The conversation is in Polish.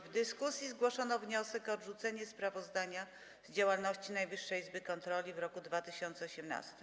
W dyskusji zgłoszono wniosek o odrzucenie sprawozdania z działalności Najwyższej Izby Kontroli w roku 2018.